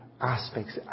Aspects